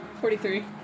Forty-three